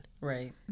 Right